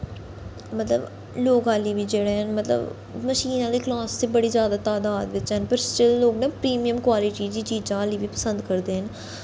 मतलब लोक आल्ली बी जेह्ड़े न मतलब मशीन आह्ले कलॉथ ते बड़ा जैदा तादात बिच्च हैन न पर सटिल्ल लोक न परिमियम कवाल्टी च चीजां आल्ली बी पसंद करदे न